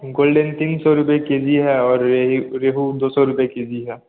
golden तीन सौ रुपये के जी है और यही रोहु दो सौ रुपये के जी है